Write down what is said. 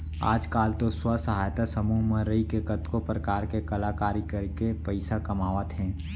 आज काल तो स्व सहायता समूह म रइके कतको परकार के कलाकारी करके पइसा कमावत हें